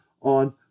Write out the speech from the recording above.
on